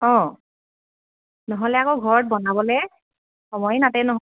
অঁ নহ'লে আকৌ ঘৰত বনাবলে সময় নাতে নহয়